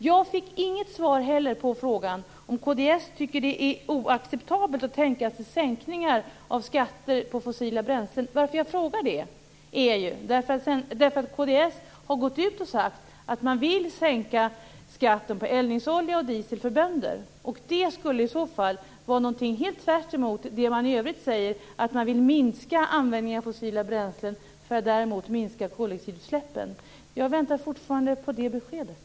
Jag fick inte heller något svar på frågan om kd tycker att det är oacceptabelt att tänka sig sänkningar av skatter på fossila bränslen. Att jag frågar detta beror på att kd har gått ut och sagt att man vill sänka skatten på eldningsolja och diesel för bönder. Det skulle i så fall vara något som tvärt går emot vad man i övrigt säger; att man vill minska användningen av fossila bränslen för att därmed minska koldioxidutsläppen. Jag väntar fortfarande på det beskedet.